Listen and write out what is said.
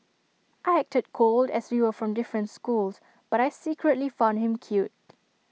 I acted cold as you were from different schools but I secretly found him cute